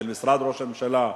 של משרד ראש הממשלה,